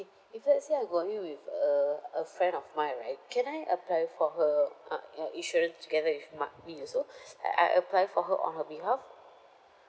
if let's say I going with a a friend of mine right can I apply for her uh uh insurance together with mi~ me also I I apply for her on her behalf